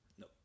No